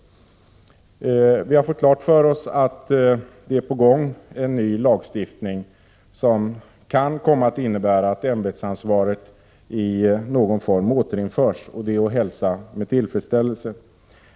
Vi har fått klart för oss att det är på gång en ny lagstiftning, som kan komma att innebära att ämbetsansvaret i någon form återinförs. Det är att hälsa med tillfredsställelse.